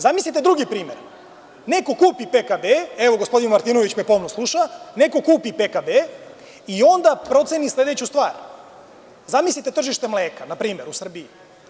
Zamislite drugi primer, neko kupi PKB, evo gospodin Martinović me pomno sluša, neko kupi PKB i onda proceni sledeću stvar, zamislite tržište mleka u Srbiji.